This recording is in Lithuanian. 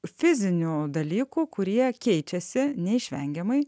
fizinių dalykų kurie keičiasi neišvengiamai